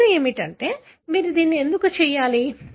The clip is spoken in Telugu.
ప్రశ్న ఏమిటంటే మీరు దీన్ని ఎందుకు చేయాలి